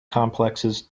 complexes